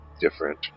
different